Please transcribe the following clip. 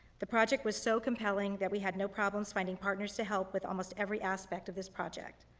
the project was so compelling that we had no problems finding partners to help with almost every aspect of this project.